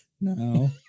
No